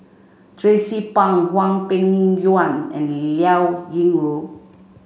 Tracie Pang Hwang Peng Yuan and Liao Yingru